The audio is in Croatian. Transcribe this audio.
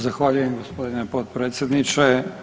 Zahvaljujem gospodine potpredsjedniče.